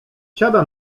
siada